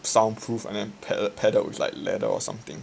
sound proof and padded with like leather or something